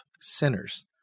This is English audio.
sinners